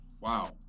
wow